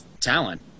talent